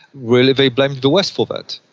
really they blamed the west for that.